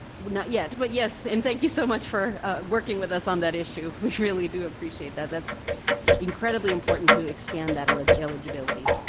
yes but yes and thank you so much for working with us on that issue. we really do appreciate that. that's incredibly important to expand that eligibility.